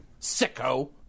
sicko